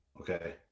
Okay